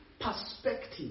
perspective